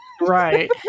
Right